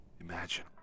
Imagine